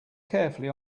carefully